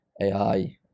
AI